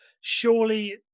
surely